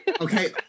okay